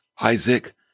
Isaac